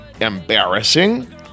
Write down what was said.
embarrassing